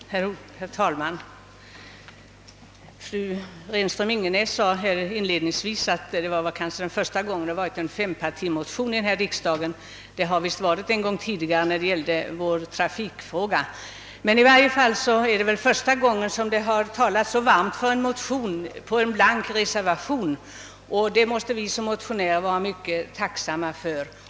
Herr talman! Fru Renström-Ingenäs sade inledningsvis att det troligen var första gången som det väckts en fempartimotion här i riksdagen. Det lär dock ha gjorts en gång tidigare — det gällde då en trafikfråga. Men det är väl första gången som det talats så varmt för en motion som varit anledningen till en blank reservation, och det är vi motionärer mycket tacksamma för.